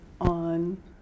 on